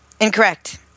Incorrect